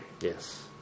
Yes